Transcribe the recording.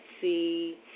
see